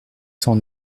cent